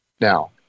now